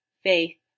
Faith